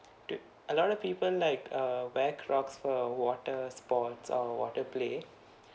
t~ a lot of people like uh wear crocs for water sports or water play